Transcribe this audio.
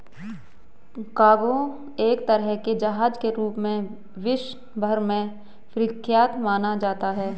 cargo एक तरह के जहाज के रूप में विश्व भर में प्रख्यात माना जाता है